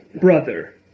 brother